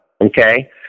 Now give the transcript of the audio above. okay